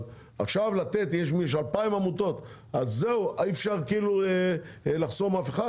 יש 2,000 עמותות, אי-אפשר לחסום את חלקם?